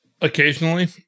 occasionally